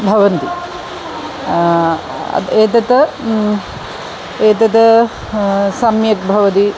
भवन्ति एतत् एतत् सम्यक् भवति